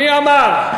מי אמר?